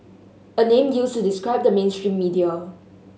a name used describe the mainstream media